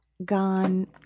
gone